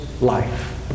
life